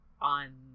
on